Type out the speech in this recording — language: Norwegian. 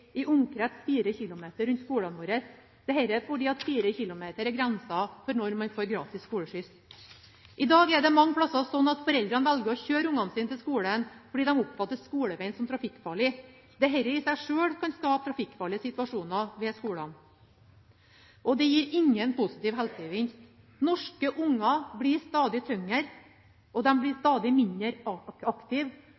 i en omkrets på 4 km rundt skolene våre fordi 4 km er grensen for når man får gratis skoleskyss. I dag er det mange plasser slik at foreldrene velger å kjøre ungene sine til skolen fordi de oppfatter skolevegen som trafikkfarlig. Det i seg selv kan skape trafikkfarlige situasjoner ved skolene, og det gir ingen positiv helsegevinst. Norske unger blir stadig tyngre, og de blir